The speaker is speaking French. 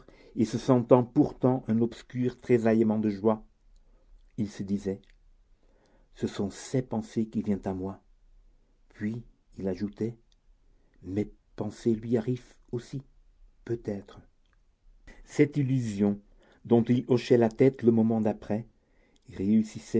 et se sentant pourtant un obscur tressaillement de joie il se disait ce sont ses pensées qui viennent à moi puis il ajoutait mes pensées lui arrivent aussi peut-être cette illusion dont il hochait la tête le moment d'après réussissait